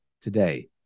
today